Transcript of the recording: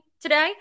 today